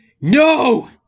No